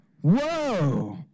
whoa